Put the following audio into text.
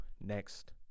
next